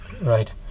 Right